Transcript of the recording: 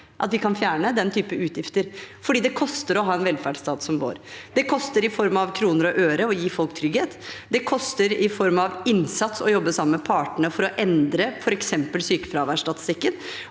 og tryggheten til folk. Det koster å ha en velferdsstat som vår. Det koster i form av kroner og øre å gi folk trygghet. Det koster i form av innsats å jobbe sammen med partene for å endre f.eks. sykefraværsstatistikken.